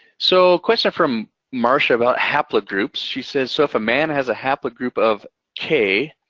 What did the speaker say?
so question from marcia about haplogroups. she says, so, if a man has a haplogroup of k,